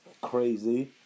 Crazy